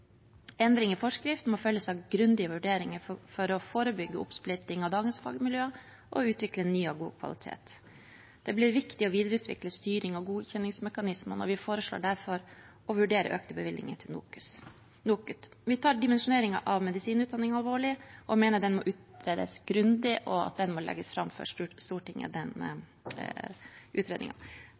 Endring i forskrift må følges av grundige vurderinger for å forebygge oppsplitting av dagens fagmiljøer og utvikle nye, av god kvalitet. Det blir viktig å videreutvikle styring av godkjenningsmekanismene, og vi foreslår derfor å vurdere økte bevilgninger til NOKUT. Vi tar dimensjoneringen av medisinutdanningen alvorlig og mener at den må utredes grundig, og at utredningen må legges fram for Stortinget.